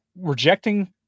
rejecting